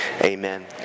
amen